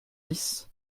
dix